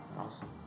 Awesome